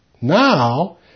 Now